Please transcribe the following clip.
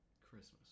Christmas